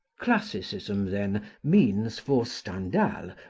classicism, then, means for stendhal,